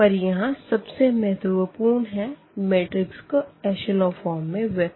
पर यहां सबसे महत्वपूर्ण है मैट्रिक्स को एशलों फ़ॉर्म में व्यक्त करना